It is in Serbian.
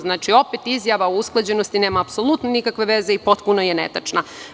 Znači, opet izjava o usklađenosti nema nikakve veze i potpuno je netačna.